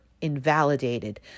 invalidated